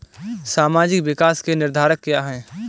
सामाजिक विकास के निर्धारक क्या है?